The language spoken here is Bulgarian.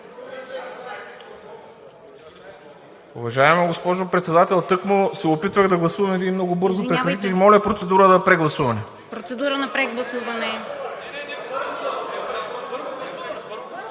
Уважаема госпожо Председател, тъкмо се опитвах да гласувам и Вие много бързо прекратихте. Моля за процедура на прегласуване.